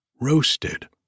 roasted